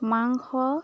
মাংস